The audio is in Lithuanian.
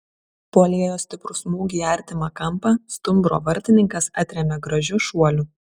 puolėjo stiprų smūgį į artimą kampą stumbro vartininkas atrėmė gražiu šuoliu